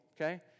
okay